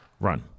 run